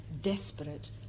desperate